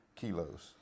kilos